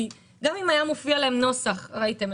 ראיתם,